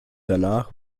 danach